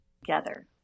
together